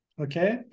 Okay